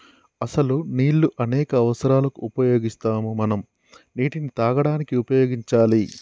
అసలు నీళ్ళు అనేక అవసరాలకు ఉపయోగిస్తాము మనం నీటిని తాగడానికి ఉపయోగించాలి